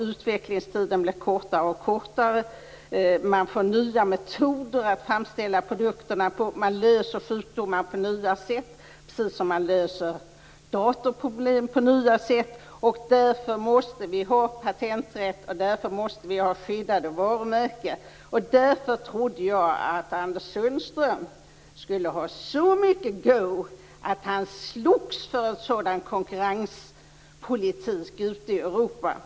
Utvecklingstiden blir kortare och kortare. Man får nya metoder att framställa produkterna med. Man botar sjukdomar på nya sätt, precis som man löser datorproblem på nya sätt. Därför måste vi ha patenträtt, och därför måste vi ha skyddade varumärken. Därför trodde jag att Anders Sundström skulle ha så mycket go att han slogs för en sådan konkurrenspolitik ute i Europa.